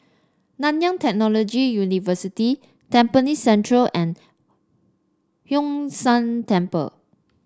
Nanyang Technological University Tampines Central and Hwee San Temple